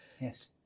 yes